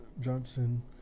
Johnson